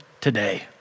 today